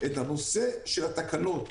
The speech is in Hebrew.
זה שיביאו את התקנות,